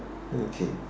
okay